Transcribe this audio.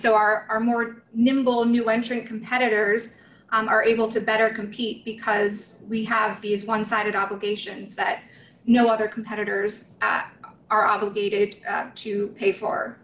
so are more nimble new entry competitors and are able to better compete because we have these one sided obligations that no other competitors are obligated to pay for